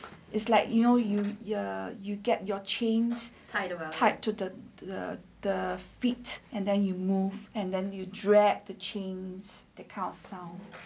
it's like you know you ya you get your chains tied tied to the the the the feet and then you move and then you drag the chains that kind of sound